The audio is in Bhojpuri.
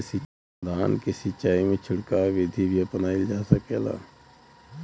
धान के सिचाई में छिड़काव बिधि भी अपनाइल जा सकेला?